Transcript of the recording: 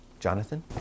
Jonathan